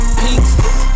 peaks